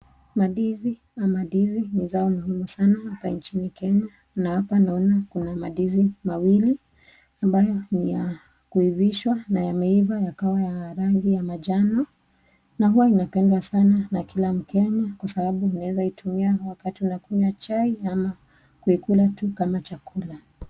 Mandizi ama ndizi ni zao muhimu sana hapa nchini Kenya, na hapa naona kuna mandizi mawili ambayo ni ya kuivishwa na yameiva yakawa ya rangi ya majano, na uwa inapendwa sana na kila mkenya, kwa sababu unaweza kuitumia wakati unakunywa chai, ama kuikula tu kama chakula.